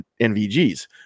NVGs